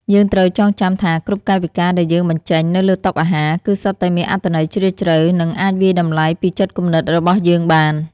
យើងត្រូវចងចាំថាគ្រប់កាយវិការដែលយើងបញ្ចេញនៅលើតុអាហារ គឺ សុទ្ធតែមានអត្ថន័យជ្រាលជ្រៅនិងអាចវាយតម្លៃពីចិត្តគំនិតរបស់យើងបាន។